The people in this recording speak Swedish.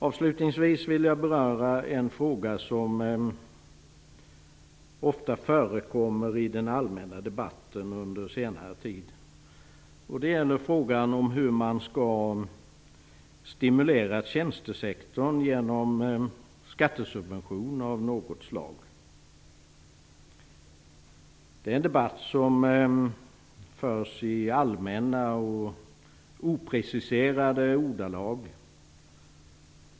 Avslutningsvis vill jag beröra en fråga som ofta har förekommit i den allmänna debatten under senare tid. Det gäller frågan om hur man skall stimulera tjänstesektorn genom skattesubventioner av något slag. Det är en debatt som förs i allmänna och opreciserade ordalag.